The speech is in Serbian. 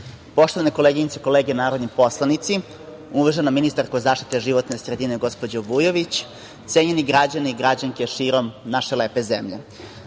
koleginice i kolege narodni poslanici, uvažena ministarko zaštite životne sredine, gospođo Vujović, cenjeni građani i građanke širom naše lepe zemlje,